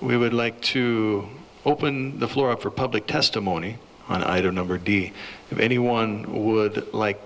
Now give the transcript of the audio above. we would like to open the floor for public testimony on either number d if anyone would like